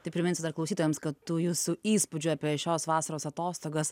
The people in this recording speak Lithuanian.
tai priminsiu dar klausytojams kad tų jūsų įspūdžių apie šios vasaros atostogas